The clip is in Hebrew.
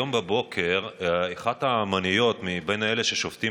היום בבוקר אחת האומניות מאלה ששובתים